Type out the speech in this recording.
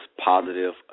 positive